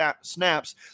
snaps